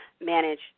manage